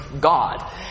God